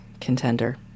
contender